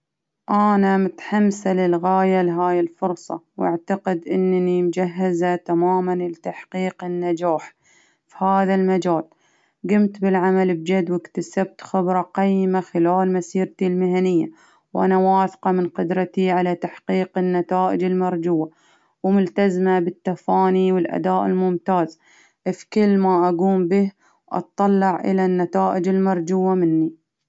أنا متحمسة للغاية لهاي الفرصة، وأعتقد إنني مجهزة تماما لتحقيق النجاح، هذا المجال، جمت بالعمل بجد، وأكتسبت خبرة قيمة خلال مسيرتي المهنية، وأنا واثقة من قدرتي على تحقيق النتائج المرجوة وملتزمة بالتفاني ،والأداء الممتاز في كل ما أقوم به أطلع إلى النتائج المرجوة مني.